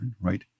right